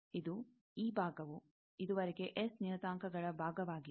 ಇದು ಈ ಭಾಗವು ಇದುವರೆಗೆ ಎಸ್ ನಿಯತಾಂಕಗಳ ಭಾಗವಾಗಿತ್ತು